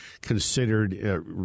considered